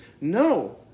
No